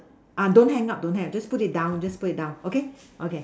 uh don't hang up don't hang up just put it down just put it down okay okay